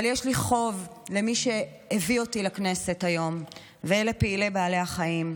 אבל יש לי חוב למי שהביא אותי לכנסת היום ולפעילי בעלי החיים.